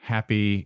Happy